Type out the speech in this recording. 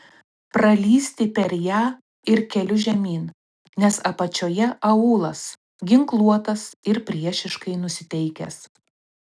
pralįsti per ją ir keliu žemyn nes apačioje aūlas ginkluotas ir priešiškai nusiteikęs